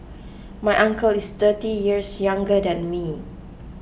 my uncle is thirty years younger than me